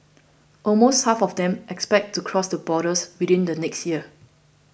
almost half of them expect to cross the borders within the next year